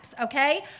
okay